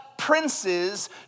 princes